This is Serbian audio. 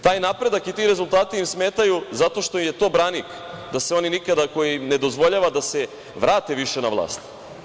Taj napredak i ti rezultati im smetaju zato što im je to branik da se oni nikada, koji im ne dozvoljava da se vrate više na vlast.